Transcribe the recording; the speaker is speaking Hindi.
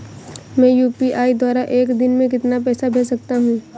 मैं यू.पी.आई द्वारा एक दिन में कितना पैसा भेज सकता हूँ?